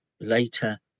later